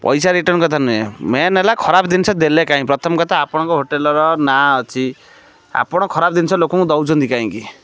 ପଇସା ରିଟର୍ନ୍ କଥା ନାହିଁ ମେନ୍ ହେଲା ଖରାପ ଜିନିଷ ଦେଲେ କାହିଁକି ପ୍ରଥମ କଥା ଆପଣଙ୍କ ହୋଟେଲ୍ର ନାଁ ଅଛି ଆପଣ ଖରାପ ଜିନିଷ ଲୋକଙ୍କୁ ଦେଉଛନ୍ତି କାହିଁକି